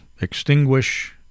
extinguish